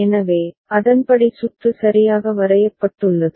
எனவே அதன்படி சுற்று சரியாக வரையப்பட்டுள்ளது